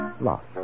lost